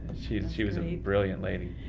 she was a brilliant lady.